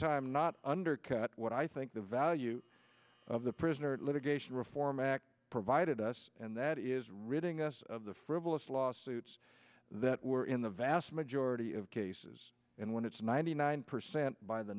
time not under what i think the value of the prisoner litigation reform act provided us and that is ridding us of the frivolous lawsuits that were in the vast majority of cases and when it's ninety nine percent by the